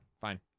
fine